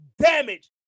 damage